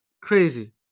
Crazy